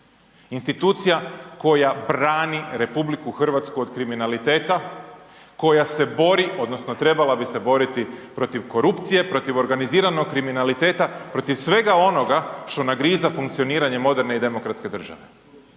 Institucija koja brani RH od kriminaliteta, koja se bori, odnosno trebala bi se boriti protiv korupcije, protiv organiziranog kriminaliteta, protiv svega onoga što nagriza funkcioniranje moderne i demokratske države.